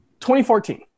2014